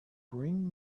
bring